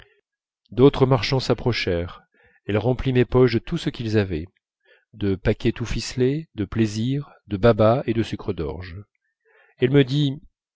d'autres marchands s'approchèrent elle remplit mes poches de tout ce qu'ils avaient de paquets tout ficelés de plaisirs de babas et de sucres d'orge elle me dit